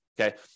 Okay